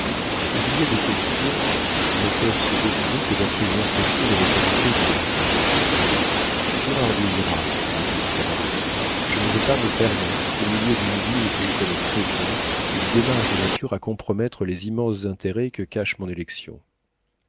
mais il y a des questions qui ne peuvent se décider que d'après une inspection des localités dit le vicaire général girardet ira répondit savarus je ne veux pas me permettre au milieu d'une ville que je connais très-bien une démarche de nature à compromettre les immenses intérêts que cache mon élection